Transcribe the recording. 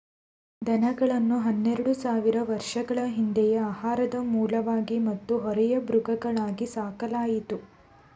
ದನಗಳನ್ನು ಹನ್ನೆರೆಡು ಸಾವಿರ ವರ್ಷಗಳ ಹಿಂದೆಯೇ ಆಹಾರದ ಮೂಲವಾಗಿ ಮತ್ತು ಹೊರೆಯ ಮೃಗಗಳಾಗಿ ಸಾಕಲಾಯಿತು